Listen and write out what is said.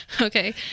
Okay